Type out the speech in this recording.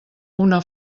una